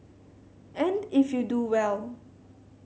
and if you do well